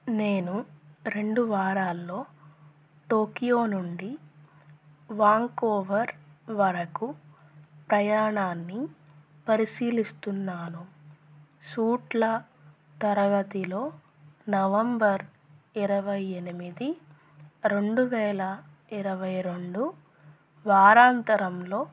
నేను రెండు వారాల్లో టోక్యో నుండి వాంకోవర్ వరకు ప్రయాణాన్ని పరిశీలిస్తున్నాను సూట్ల తరగతిలో నవంబర్ ఇరవై ఎనిమిది రెండు వేల ఇరవై రెండు వారాంతంలో